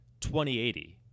2080